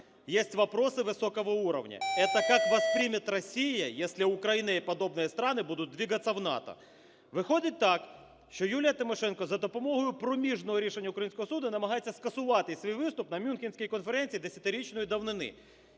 вопросы высокого уровня, это как воспримет Россия, если Украина и подобные страны будут двигаться в НАТО". Виходить так, що Юлія Тимошенко, за допомогою проміжного рішення українського суду намагається скасувати свій виступ на Мюнхенській конференції десятирічної давнини.